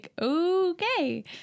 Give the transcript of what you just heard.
okay